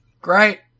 Great